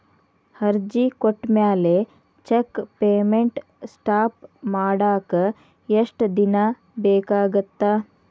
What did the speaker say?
ಅರ್ಜಿ ಕೊಟ್ಮ್ಯಾಲೆ check payment stop ಮಾಡಾಕ ಎಷ್ಟ ದಿನಾ ಬೇಕಾಗತ್ತಾ